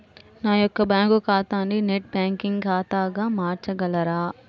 నా యొక్క బ్యాంకు ఖాతాని నెట్ బ్యాంకింగ్ ఖాతాగా మార్చగలరా?